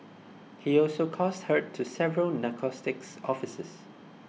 he also caused hurt to several narcotics officers